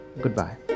Goodbye